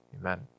Amen